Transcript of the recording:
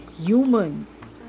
humans